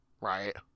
right